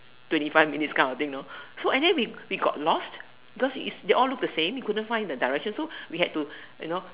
twenty five minutes kind of thing know so and then we got we got lost because they all look the same we couldn't find the direction so we had to you know